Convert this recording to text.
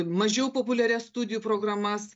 mažiau populiarias studijų programas